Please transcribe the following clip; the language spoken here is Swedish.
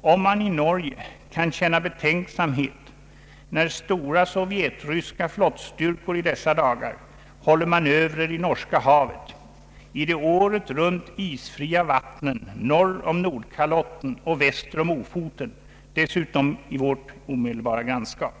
om man i Norge kan känna betänksamhet, när stora sovjetryska flottstyrkor i dessa dagar håller manövrer i Norska havet, i de året om isfria vattnen norr om Nordkalotten och väster om Ofoten, dessutom i vårt omedelbara grannskap.